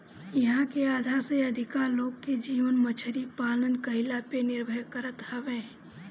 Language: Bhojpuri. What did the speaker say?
इहां के आधा से अधिका लोग के जीवन मछरी पालन कईला पे निर्भर करत हवे